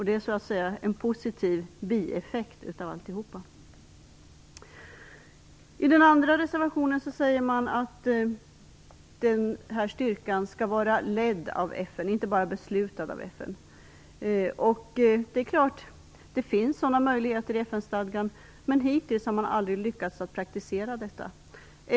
Det är en positiv bieffekt av denna insats. I den andra reservationen framhålls att styrkan skall ledas av FN, inte bara vara beslutad av FN. Det finns möjligheter till detta i FN-stadgan, men man har hittills aldrig lyckats praktisera dessa.